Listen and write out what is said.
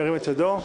ירים את ידו?